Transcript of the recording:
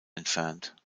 entfernt